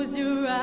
you